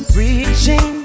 reaching